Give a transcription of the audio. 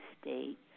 state